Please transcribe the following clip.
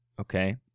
okay